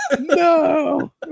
no